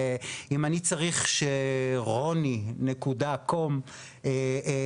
אם אני צריך שרוני- נקודה קום יגיד לי אם